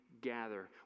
gather